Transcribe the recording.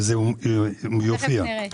וזה יופיע.